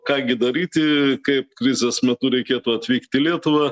ką gi daryti kaip krizės metu reikėtų atvykti į lietuvą